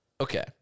okay